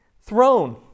throne